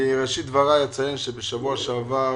בראשית דבריי אני אציין שבשבוע שעבר